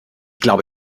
glaube